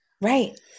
Right